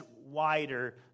wider